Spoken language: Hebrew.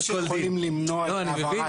לא, יש עוד דברים שיכולים למנוע את העברת הזה.